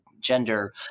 gender